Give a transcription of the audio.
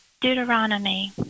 Deuteronomy